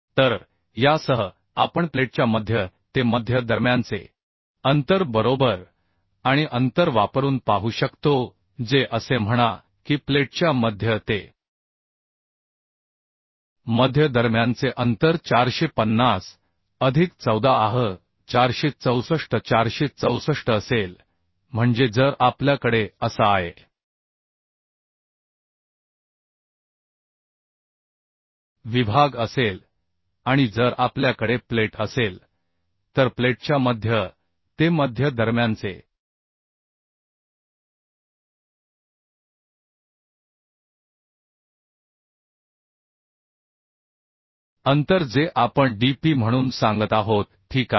तर यासह आपण प्लेटच्या मध्य ते मध्य दरम्यानचे अंतर बरोबर आणि अंतर वापरून पाहू शकतो जे असे म्हणा की प्लेटच्या मध्य ते मध्य दरम्यानचे अंतर 450 अधिक 14 आह 464 464 असेल म्हणजे जर आपल्याकडे असा आय विभाग असेल आणि जर आपल्याकडे प्लेट असेल तर प्लेटच्या मध्य ते मध्य दरम्यानचे अंतर जे आपण dp म्हणून सांगत आहोत ठीक आहे